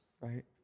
Right